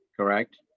Correct